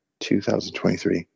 2023